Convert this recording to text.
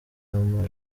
ama